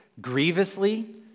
grievously